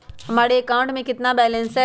हमारे अकाउंट में कितना बैलेंस है?